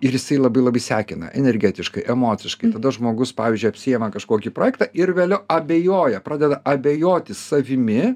ir jisai labai labai sekina energetiškai emociškai tada žmogus pavyzdžiui apsiima kažkokį projektą ir vėliau abejoja pradeda abejoti savimi